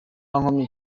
nkomyi